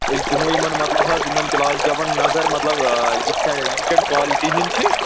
أسۍ دِمو یِمَن مطلب حظ یِمَن گِلاس ڈَبَن نظر مطلب یہِ کَ یہِ کمہِ کالٹی ہِنٛدۍ چھِ